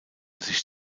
sich